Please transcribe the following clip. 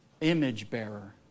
image-bearer